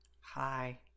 Hi